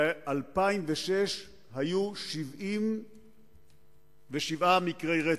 ב-2006 היו 77 מקרי רצח.